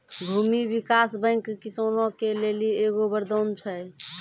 भूमी विकास बैंक किसानो के लेली एगो वरदान छै